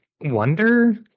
wonder